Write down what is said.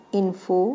info